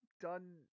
done